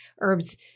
herbs